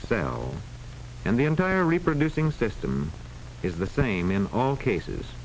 cell and the entire reproducing system is the same in all cases